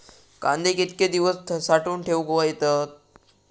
कांदे कितके दिवस साठऊन ठेवक येतत?